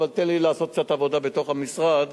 אבל תן לי לעשות קצת עבודה בתוך המשרד